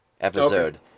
episode